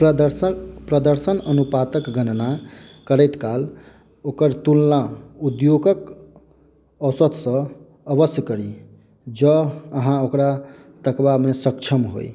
प्रदर्शन प्रदर्शन अनुपातक गणना करैत काल ओकर तुलना उद्योगक औसतसँ अवश्य करी जँ अहाँ ओकरा तकबामे सक्षम होइ